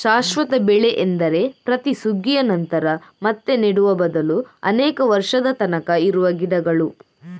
ಶಾಶ್ವತ ಬೆಳೆ ಎಂದರೆ ಪ್ರತಿ ಸುಗ್ಗಿಯ ನಂತರ ಮತ್ತೆ ನೆಡುವ ಬದಲು ಅನೇಕ ವರ್ಷದ ತನಕ ಇರುವ ಗಿಡಗಳು